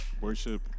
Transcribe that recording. worship